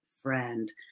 friend